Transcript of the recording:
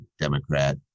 Democrat